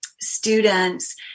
students